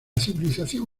civilización